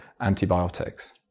antibiotics